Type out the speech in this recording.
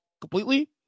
completely